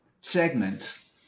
segments